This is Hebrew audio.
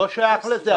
לא שייך לזה.